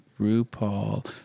RuPaul